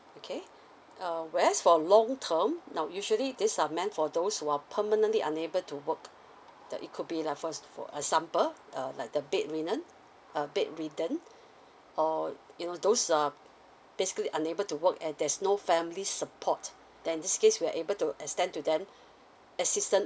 okay uh whereas for long term now usually these are meant for those who are permanently unable to work that it could be like first for example uh like the bed linen a bedridden or you know those uh basically unable to work and there's no family support then this case we are able to extend to them assistant